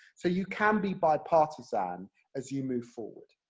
so you can be bipartisan as you move forward.